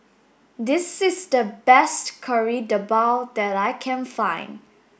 this is the best Kari Debal that I can find